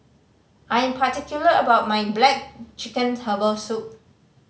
I am particular about my black chicken herbal soup